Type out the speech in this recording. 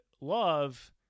love